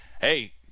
hey –